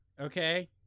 Okay